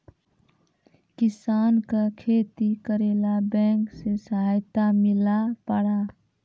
किसान का खेती करेला बैंक से सहायता मिला पारा?